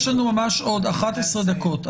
יש לנו ממש עוד 11 דקות,